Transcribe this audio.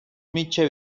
mitja